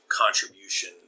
contribution